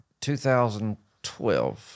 2012